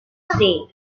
see